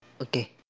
Okay